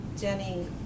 Jenny